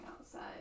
outside